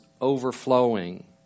overflowing